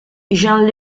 jean